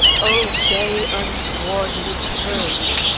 o day untowardly turned!